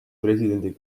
presidendi